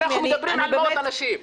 אנחנו מדברים על מאות אנשים.